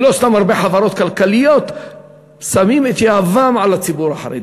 לא סתם הרבה חברות כלכליות שמות את יהבן על הציבור החרדי,